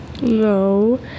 No